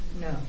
No